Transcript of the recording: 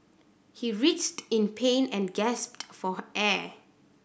he writhed in pain and gasped for air